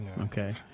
okay